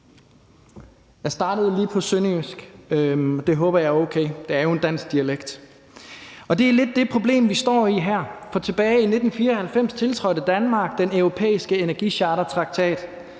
Æ startede lige på sønderjysk, og det håber jeg er okay. Det er jo en dansk dialekt. Det er lidt det problem, vi står med her. For tilbage i 1994 tiltrådte Danmark den europæiske energichartertraktat,